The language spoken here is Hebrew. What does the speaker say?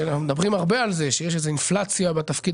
מדברים הרבה על זה שיש איזה אינפלציה בתפקיד